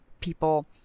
people